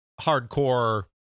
hardcore